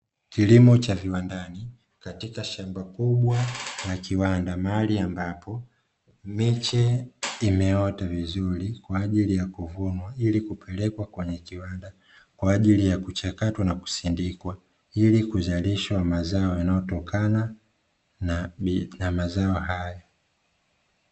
Kilimo cha shambani kwa ajili ya